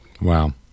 Wow